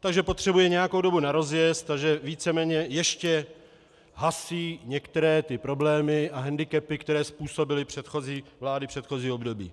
tak že potřebuje určitou dobu na rozjezd a že víceméně ještě hasí některé problémy a hendikepy, které způsobily vlády v předchozím období.